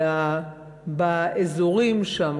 אלא באזורים שם,